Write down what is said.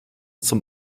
zum